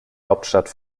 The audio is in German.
hauptstadt